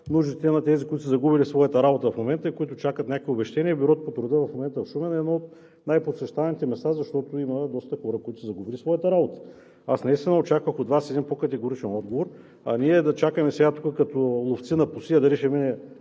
нуждите на тези, които са загубили своята работа в момента и които чакат някакво обезщетение?! Бюрото по труда в Шумен е едно от най-посещаваните места в момента, защото има доста хора, които са загубили своята работа. Наистина очаквах от Вас един по-категоричен отговор, а сега ние чакаме като ловци на пусия – дали ще мине